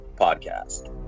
Podcast